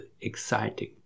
exciting